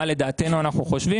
מה לדעתנו אנחנו חושבים.